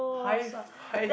high five